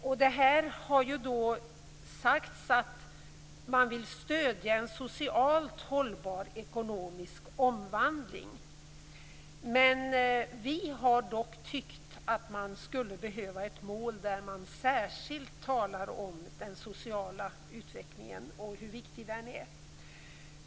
Det har sagts att man vill stödja en socialt hållbar ekonomisk omvandling. Vi har dock tyckt att man skulle behöva ett mål där man särskilt talar om den sociala utvecklingen och hur viktig den är.